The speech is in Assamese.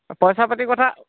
পইচা পাতি কথা